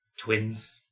twins